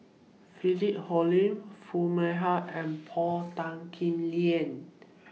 Philip Hoalim Foo Mee Har and Paul Tan Kim Liang